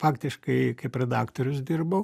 faktiškai kaip redaktorius dirbau